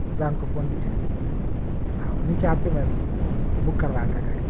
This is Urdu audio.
ذرا ان کو فون دیجیے ہاں انہیں کے ہاتھ پہ میں بک کر رہا تھا گاڑی